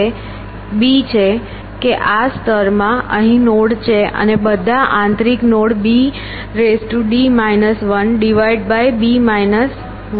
આપણી પાસે b છે કે આ સ્તરમાં અહીં નોડ છે અને બધા આંતરિક નોડ bd 1 b 1છે